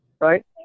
right